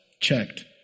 checked